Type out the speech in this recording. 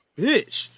bitch